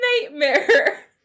nightmare